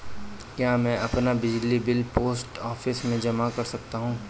क्या मैं अपना बिजली बिल पोस्ट ऑफिस में जमा कर सकता हूँ?